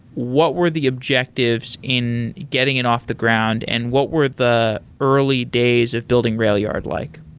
what were the objectives in getting it off the ground and what were the early days of building railyard like?